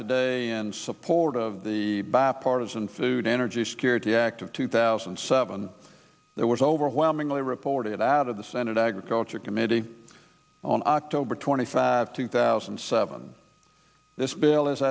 today in support of the bab partisan food energy security act of two thousand and seven that was overwhelmingly reported out of the senate agriculture committee on october twenty five two thousand and seven this bill as